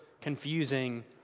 confusing